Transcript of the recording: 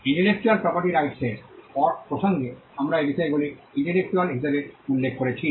intellectual property রাইটসের প্রসঙ্গে আমরা এই বিষয়গুলি ইন্টেলেকচুয়াল হিসাবে উল্লেখ করেছি